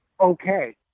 okay